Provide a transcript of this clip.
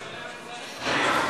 לא.